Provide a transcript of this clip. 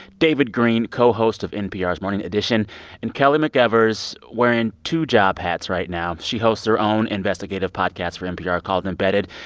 david greene, co-host of npr's morning edition and kelly mcevers, wearing two job hats right now. she hosts her own investigative podcast for npr called embedded,